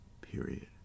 period